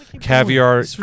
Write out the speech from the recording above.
caviar